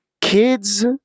kids